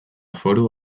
foru